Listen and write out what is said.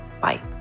Bye